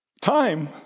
Time